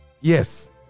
Yes